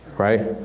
right?